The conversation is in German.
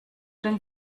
den